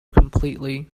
completely